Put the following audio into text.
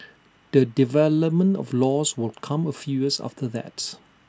the development of laws will come A few years after that